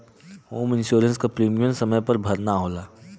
home insurance क premium समय पर भरना होला